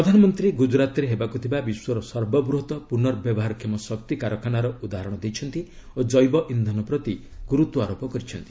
ପ୍ରଧାନମନ୍ତ୍ରୀ ଗୁଜରାତରେ ହେବାକୁ ଥିବା ବିଶ୍ୱର ସର୍ବବୃହତ ପୁନର୍ବ୍ୟବହାରକ୍ଷମ ଶକ୍ତି କାରଖାନାର ଉଦାହରଣ ଦେଇଛନ୍ତି ଓ ଜେବ ଇନ୍ଧନ ପ୍ରତି ଗୁରୁତ୍ୱାରୋପ କରିଛନ୍ତି